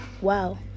Wow